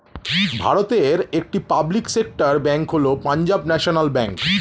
ভারতের একটি public sector bank হল পাঞ্জাব ন্যাশনাল ব্যাঙ্ক